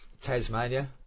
Tasmania